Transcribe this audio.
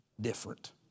different